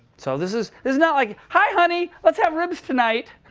so this is is not like, hi, honey! let's have ribs tonight!